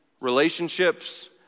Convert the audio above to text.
relationships